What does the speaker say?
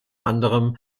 anderem